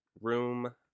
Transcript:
Room